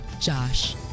Josh